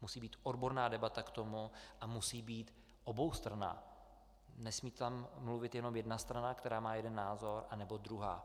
Musí být k tomu odborná debata a musí být oboustranná, nesmí tam mluvit jenom jedna strana, která má jeden názor, nebo druhá.